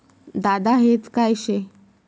दादा हेज काय शे?